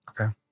Okay